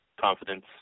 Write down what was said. confidence